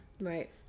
Right